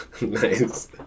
Nice